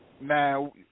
Now